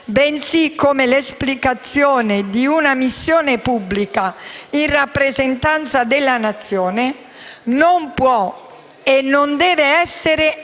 bensì come l'esplicazione di una missione pubblica in rappresentanza della Nazione, non può e non deve essere assistito